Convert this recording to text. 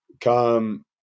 come